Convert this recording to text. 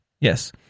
Yes